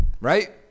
Right